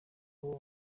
uwo